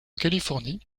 californie